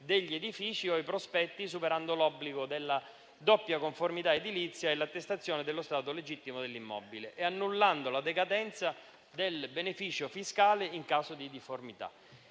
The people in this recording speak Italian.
degli edifici o i prospetti, superando l'obbligo della doppia conformità edilizia e l'attestazione dello stato legittimo dell'immobile e annullando la decadenza del beneficio fiscale in caso di difformità.